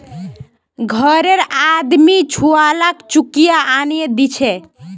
घररे आदमी छुवालाक चुकिया आनेय दीछे